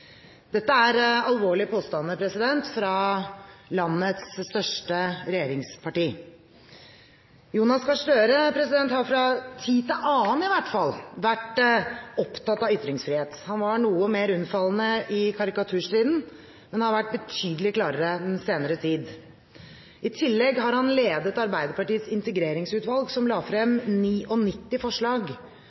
Dette er alvorlige påstander fra landets største regjeringsparti. Jonas Gahr Støre har – fra tid til annen i hvert fall – vært opptatt av ytringsfrihet. Han var noe mer unnfallende i karikaturstriden, men har vært betydelig klarere den senere tid. I tillegg har han ledet Arbeiderpartiets integreringsutvalg, som la frem 99 forslag,